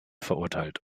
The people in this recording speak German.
verurteilt